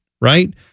right